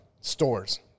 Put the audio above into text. Stores